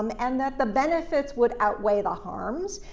um and that the benefits would outweigh the harms,